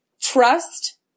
trust